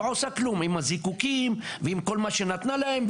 עושה כלום עם הזיקוקים ועם כל מה שנתנה להם,